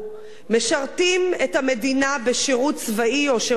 משרתים את המדינה בשירות צבאי או שירות לאומי,